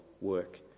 work